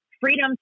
freedom